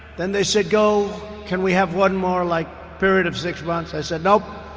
then they said, go can we have one more, like, period of six months? i said, nope,